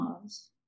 cause